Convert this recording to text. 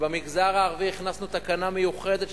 ובמגזר הערבי הכנסנו תקנה מיוחדת,